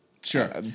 sure